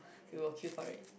we will queue for it